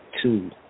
Two